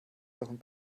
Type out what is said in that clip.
euren